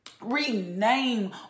rename